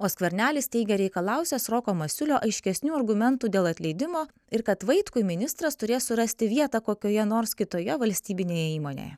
o skvernelis teigia reikalausiąs roko masiulio aiškesnių argumentų dėl atleidimo ir kad vaitkui ministras turės surasti vietą kokioje nors kitoje valstybinėje įmonėje